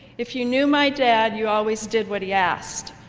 if you knew my dad, you always did what he asked.